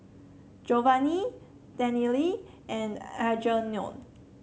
Jovany Daniele and Algernon